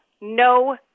no